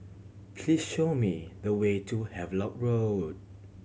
please show me the way to Havelock Road